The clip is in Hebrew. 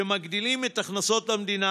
שמגדילים את הכנסות המדינה,